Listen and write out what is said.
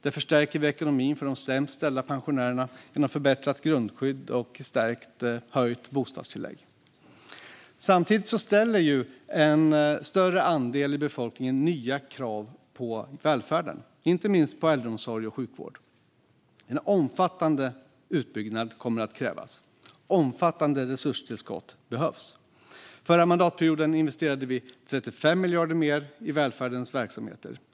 Därför stärker vi ekonomin för de sämst ställda pensionärerna genom förbättrat grundskydd och höjt bostadstillägg. Samtidigt ställer en större andel äldre i befolkningen nya krav på välfärden, inte minst på äldreomsorg och sjukvård. En omfattande utbyggnad kommer att krävas, och omfattande resurstillskott behövs. Förra mandatperioden investerade vi 35 miljarder mer i välfärdens verksamheter.